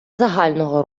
загального